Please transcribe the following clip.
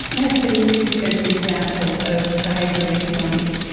has been used as an example of behavioural economics.